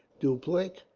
dupleix,